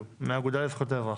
מהאגודה לזכויות האזרח.